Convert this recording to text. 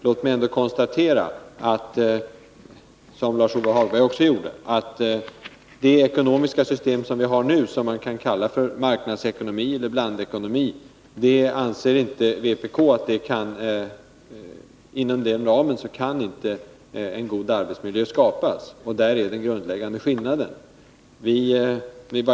Låt mig ändå konstatera, som Lars-Ove Hagberg också gjorde, att vpk anser att det inte går att skapa en god arbetsmiljö inom ramen för det ekonomiska system som vi nu har och som kan kallas marknadsekonomiskt eller blandekonomiskt. Detta är den grundläggande skillnaden.